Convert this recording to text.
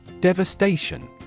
Devastation